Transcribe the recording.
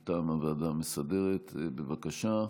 למסור הודעות מטעם הוועדה המסדרת, בבקשה.